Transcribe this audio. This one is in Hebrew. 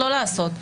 לא לעשות.